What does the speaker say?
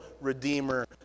Redeemer